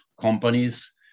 companies